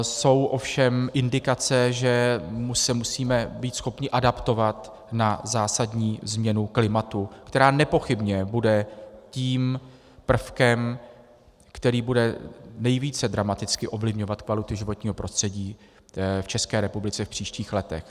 Jsou ovšem indikace, že se musíme být schopni adaptovat na zásadní změnu klimatu, která nepochybně bude tím prvkem, který bude nejvíce dramaticky ovlivňovat kvalitu životního prostředí v České republice v příštích letech.